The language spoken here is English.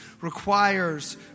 requires